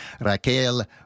Raquel